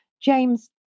James